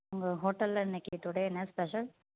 உங்கள் ஹோட்டலில் இன்னைக்கு டுடே என்ன ஸ்பெஷல்